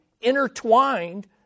intertwined